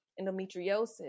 endometriosis